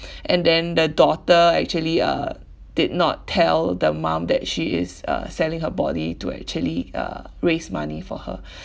and then the daughter actually uh did not tell the mom that she is uh selling her body to actually uh raise money for her